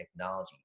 technology